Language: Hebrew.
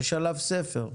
יש עליו ספר.